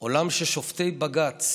עולם ששופטי בג"ץ